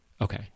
Okay